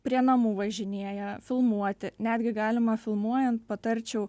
prie namų važinėja filmuoti netgi galima filmuojant patarčiau